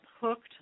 hooked